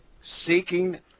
seeking